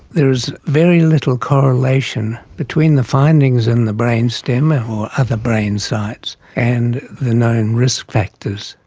there is very little correlation between the findings in the brain stem or other brain sites and the known risk factors.